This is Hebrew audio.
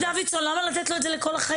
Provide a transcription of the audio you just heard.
למה לתת לו את זה לכל החיים?